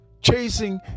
Chasing